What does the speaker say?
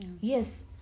Yes